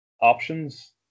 options